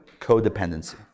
codependency